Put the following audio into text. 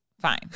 Fine